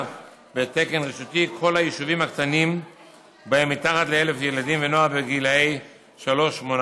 בתקן רשותי כל היישובים הקטנים שבהם מתחת ל-1,000 ילדים ונוער בגיל 3 18,